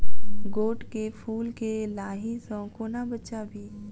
गोट केँ फुल केँ लाही सऽ कोना बचाबी?